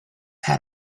had